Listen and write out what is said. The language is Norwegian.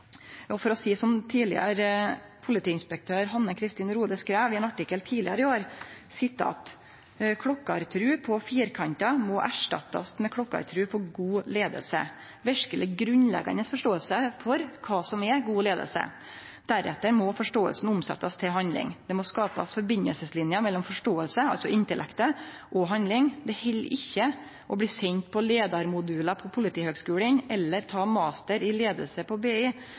og for å seie som tidlegare politiinspektør Hanne Kristin Rohde skreiv i ein artikkel tidlegare i år: «Klokketro på firkanter må erstattes med klokketro på god ledelse, virkelig grunnleggende forståelse for hva som er god ledelse. Deretter må forståelsen omsettes til handling. Det må skapes forbindelseslinjer mellom forståelse, altså intellektet, og handling. Det holder ikke å bli sendt på ledermoduler på Politihøgskolen, eller ta master i ledelse på BI,